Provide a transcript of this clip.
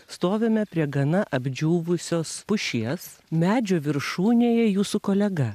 stovime prie gana apdžiūvusios pušies medžio viršūnėj jūsų kolega